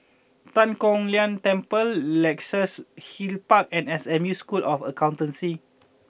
Tan Kong Tian Temple Luxus Hill Park and S M U School of Accountancy